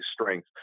strength